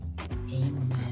Amen